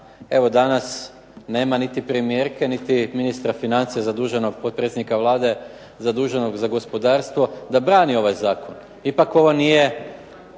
evo danas nema niti premijerke niti ministra financija, potpredsjednika Vlade zaduženog za gospodarstvo da brani ovaj zakon. Ipak ovo nije